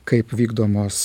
kaip vykdomos